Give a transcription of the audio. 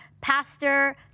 pastor